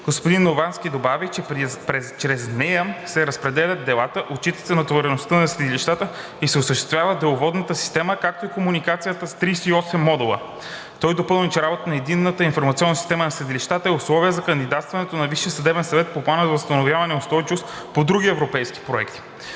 Господин Новански добави, че чрез нея се разпределят делата, отчита се натовареността на съдилищата и се осъществява деловодната система, както и комуникацията с 38 модула. Той допълни, че работата на Единната информационна система на съдилищата е условие за кандидатстването на Висшия съдебен съвет по Плана за възстановяване и устойчивост и по други европейски проекти.